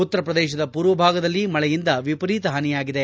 ಉತ್ತರ ಪ್ರದೇಶದ ಪೂರ್ವಭಾಗದಲ್ಲಿ ಮಳೆಯಿಂದ ವಿಪರೀತ ಹಾನಿಯಾಗಿದೆ